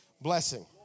blessing